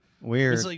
Weird